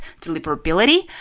deliverability